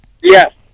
Yes